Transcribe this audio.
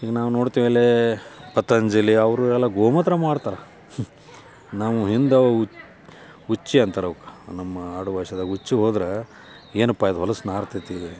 ಈಗ ನಾವು ನೋಡ್ತೀವಿ ಅಲ್ಲಿ ಪತಂಜಲಿ ಅವರು ಎಲ್ಲ ಗೋಮೂತ್ರ ಮಾರ್ತಾರೆ ನಾವು ಹಿಂದೆ ಉಚ್ಚೆ ಅಂತಾರೆ ಅವ್ಕೆ ನಮ್ಮ ಆಡುಭಾಷೆದಾಗೆ ಉಚ್ಚೆ ಹೋದ್ರ ಏನಪ್ಪ ಅದು ಹೊಲಸು ನಾರ್ತತಿ